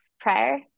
prior